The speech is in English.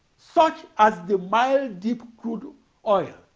such as the mile-deep crude oil,